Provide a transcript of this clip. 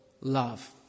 love